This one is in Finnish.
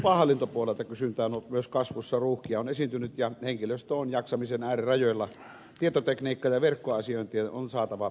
koska lupahallintopuolella kysyntä on ollut myös kasvussa ruuhkia on esiintynyt ja henkilöstö on jaksamisen äärirajoilla tietotekniikka ja verkkoasiointi on saatava apuun